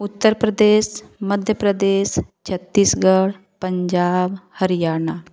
Uttar Pradesh Madhya Pradesh Chhattisgarh Punjab Haryana